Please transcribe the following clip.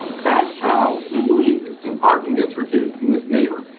that's how newly existing parking gets reduced in this neighborhood.